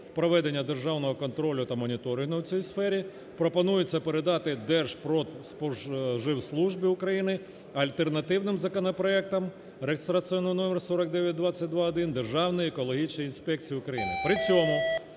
проведення державного контролю та моніторингу у цій сфері пропонується передати ДержПродСпоживСлужбі України; альтернативним законопроектом (реєстраційний номер 4922-1) Державній екологічній інспекції України.